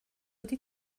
wedi